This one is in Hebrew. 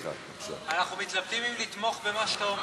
נחמן, אנחנו מתלבטים אם לתמוך במה שאתה אומר.